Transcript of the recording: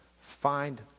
Find